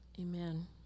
Amen